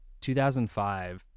2005